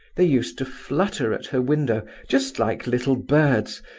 they used to flutter at her window just like little birds,